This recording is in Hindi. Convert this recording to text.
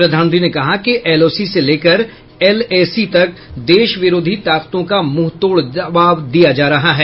प्रधानमंत्री ने कहा कि एलओसी से लेकर एलएसी तक देश विरोधी ताकतों का मुंहतोड़ जवाब दिया जा रहा है